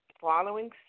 following